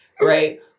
Right